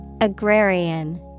Agrarian